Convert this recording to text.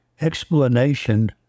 explanation